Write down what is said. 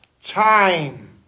Time